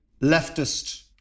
leftist